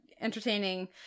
entertaining